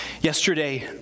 Yesterday